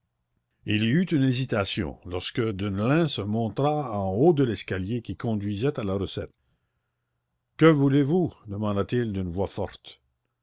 il y eut une hésitation lorsque deneulin se montra en haut de l'escalier qui conduisait à la recette que voulez-vous demanda-t-il d'une voix forte